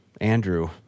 Andrew